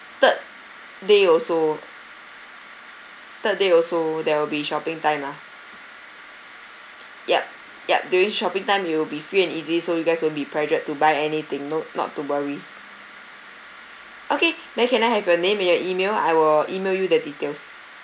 third day also third day also there will be shopping time lah yup yup during shopping time it will be free and easy so you guys won't be pressured to buy anything not not to worry okay then can I have your name and your email I will email you the details